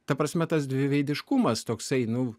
ta prasme tas dviveidiškumas toksai nu